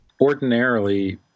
Ordinarily